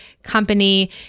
Company